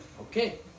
okay